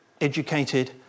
educated